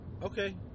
Okay